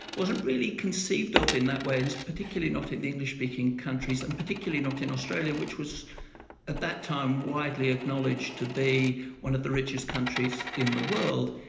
wasn't really conceived of in that way, and particularly not in the english-speaking countries and particularly not in australia, which was at that time widely acknowledged to be one of the richest countries in the world.